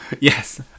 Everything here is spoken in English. Yes